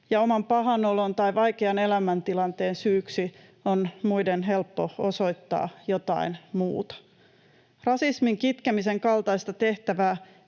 oman pahan olon tai vaikean elämäntilanteen syyksi on muiden helppo osoittaa jotain muuta? Rasismin kitkemisen kaltaista tehtävää